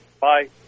Bye